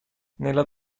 nella